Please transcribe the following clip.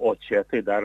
o čia tai dar